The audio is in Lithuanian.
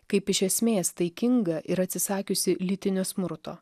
kaip iš esmės taikinga ir atsisakiusi lytinio smurto